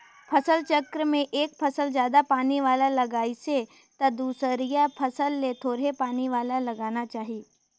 फसल चक्र में एक फसल जादा पानी वाला लगाइसे त दूसरइया फसल ल थोरहें पानी वाला लगाना चाही